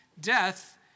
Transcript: death